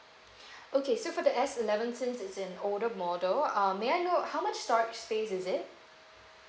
okay so for the S eleven since is an older model uh may I know how much storage space is it